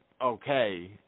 okay